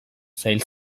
sail